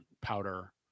powder